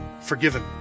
forgiven